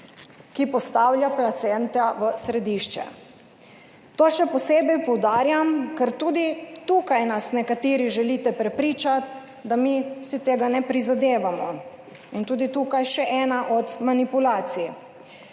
ki postavlja paciente v središče. To še posebej poudarjam, ker tudi tukaj nas nekateri želite prepričati, da mi si tega ne prizadevamo in tudi tukaj še ena od manipulacij.